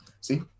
See